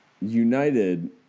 United